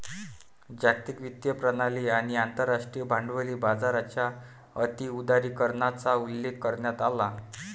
जागतिक वित्तीय प्रणाली आणि आंतरराष्ट्रीय भांडवली बाजाराच्या अति उदारीकरणाचाही उल्लेख करण्यात आला